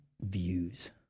views